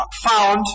found